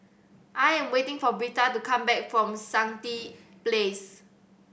I am waiting for Britta to come back from Stangee Place